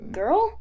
girl